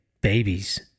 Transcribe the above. babies